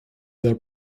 their